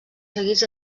seguits